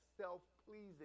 self-pleasing